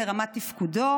בהתאם לרמת תפקודו,